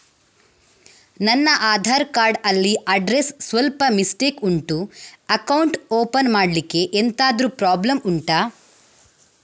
ನನ್ನ ಆಧಾರ್ ಕಾರ್ಡ್ ಅಲ್ಲಿ ಅಡ್ರೆಸ್ ಸ್ವಲ್ಪ ಮಿಸ್ಟೇಕ್ ಉಂಟು ಅಕೌಂಟ್ ಓಪನ್ ಮಾಡ್ಲಿಕ್ಕೆ ಎಂತಾದ್ರು ಪ್ರಾಬ್ಲಮ್ ಉಂಟಾ